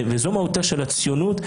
וזו מהותה של הציונות,